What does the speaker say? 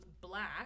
black